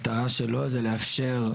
החריגות,